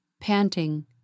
panting